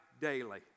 daily